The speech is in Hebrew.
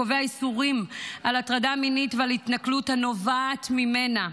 קובע איסורים על הטרדה מינית ועל התנכלות הנובעת ממנה.